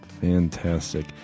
Fantastic